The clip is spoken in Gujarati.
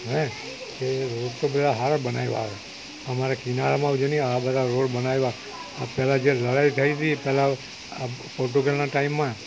હે કે રોડ તો બધાં સારા બનાવ્યાં છે અમારે કિનારામાં જોને આ બધા રોડ બનાવ્યા આ પહેલાં જે લડાઈ થઈ તી પેલા અ પોર્ટુગલના ટાઈમમાં